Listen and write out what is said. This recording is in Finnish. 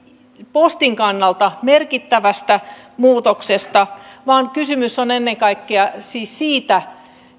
postin kannalta merkittävästä muutoksesta vaan kysymys on ennen kaikkea siitä